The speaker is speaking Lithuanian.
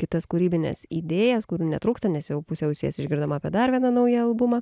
kitas kūrybines idėjas kurių netrūksta nes jau puse ausies išgirdom apie dar vieną naują albumą